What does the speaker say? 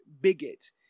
bigot